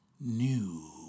new